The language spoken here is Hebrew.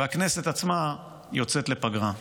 והכנסת עצמה יוצאת לפגרה.